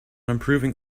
improving